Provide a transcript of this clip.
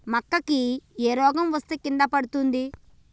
మక్కా కి ఏ రోగం వస్తే కింద పడుతుంది?